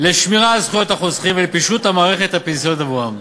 לשמירה על זכויות החוסכים ולפישוט המערכת הפנסיונית עבורם.